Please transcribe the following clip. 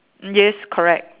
yes correct